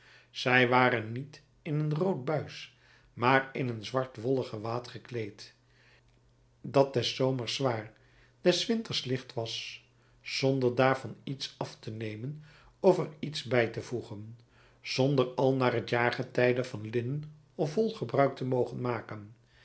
zij waren niet in een rood buis maar in een zwartwollen gewaad gekleed dat des zomers zwaar des winters licht was zonder daarvan iets af te nemen of er iets bij te voegen zonder al naar het jaargetijde van linnen of wol gebruik te mogen maken